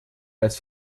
als